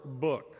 book